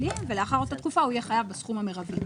ולאחר אותה תקופה הוא יהיה חייב בסכום המירבי.